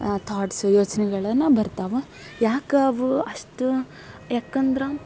thoughts ಯೋಚನೆಗಳೇ ಬರ್ತಾವೆ ಯಾಕವು ಅಷ್ಟು ಯಾಕಂದ್ರೆ